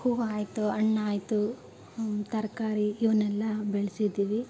ಹೂವು ಆಯಿತು ಹಣ್ಣಾಯ್ತು ತರಕಾರಿ ಇವನ್ನೆಲ್ಲ ಬೆಳ್ಸಿದೀವಿ